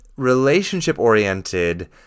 Relationship-oriented